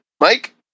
Mike